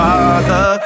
Father